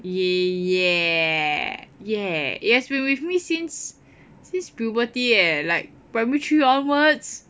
yea yea yea it has been with me since since puberty leh like primary three onwards